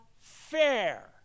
fair